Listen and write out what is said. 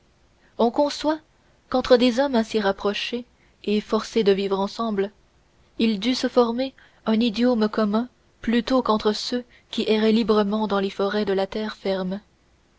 on conçoit qu'entre des hommes ainsi rapprochés et forcés de vivre ensemble il dut se former un idiome commun plutôt qu'entre ceux qui erraient librement dans les forêts de la terre ferme